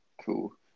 Cool